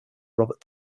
robert